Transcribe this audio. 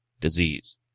disease